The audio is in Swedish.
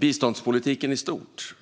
biståndspolitiken i stort.